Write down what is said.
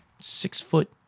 six-foot